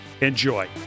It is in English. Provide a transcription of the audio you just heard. Enjoy